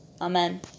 Amen